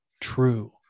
True